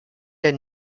der